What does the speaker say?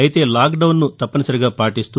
అయితే లాక్ డౌన్ను తప్పనిసరిగా పాటిస్తూ